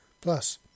Plus